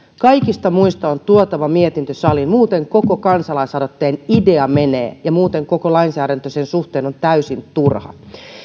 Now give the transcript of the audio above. kaikista muista on tuotava mietintö saliin muuten koko kansalaisaloitteen idea menee ja muuten koko lainsäädäntö sen suhteen on täysin turha